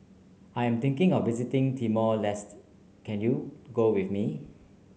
I am thinking of visiting Timor Leste can you go with me